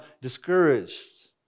discouraged